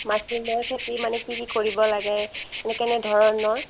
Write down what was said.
মাছৰুমৰ খেতি মানে কি কি কৰিব লাগে কেনে ধৰণৰ